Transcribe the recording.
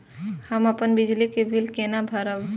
हम अपन बिजली के बिल केना भरब?